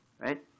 right